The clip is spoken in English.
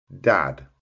Dad